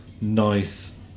nice